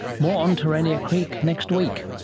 more on terania creek next week